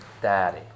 daddy